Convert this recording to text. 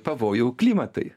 pavojų klimatui